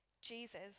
Jesus